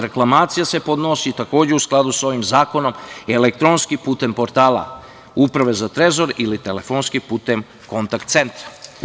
Reklamacija se podnosi u skladu sa ovim zakonom elektronski putem portala Uprave za trezor ili telefonskim putem kontakt centra.